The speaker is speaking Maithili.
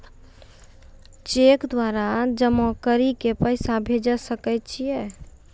चैक द्वारा जमा करि के पैसा भेजै सकय छियै?